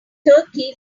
turkey